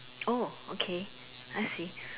oh okay I see